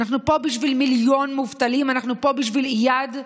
כל מיני פעולות נגד האוכלוסייה החלשה והאזרחית.